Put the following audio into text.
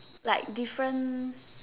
like different